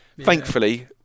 thankfully